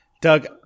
Doug